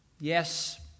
Yes